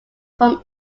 from